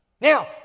Now